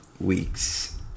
weeks